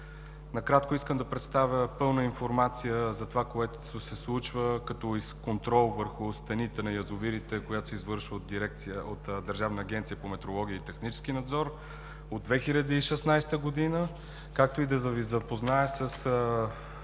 Накратко искам да представя пълна информация за това, което се случва като контрол върху стените на язовирите и се извършва от Държавна агенция по метрология и технически надзор от 2016 г., както и да Ви запозная с